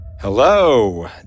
Hello